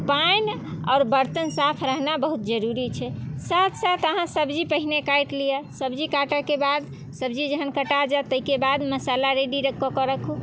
तऽ पानि आओर बर्तन साफ रहना बहुत जरूरी छै साथ साथ अहाँ सब्जी पहिने काटि लिअ सब्जी काटेके बाद सब्जी जहन कटा जायत ताहिके बाद मसाला रेडी कऽ के रखू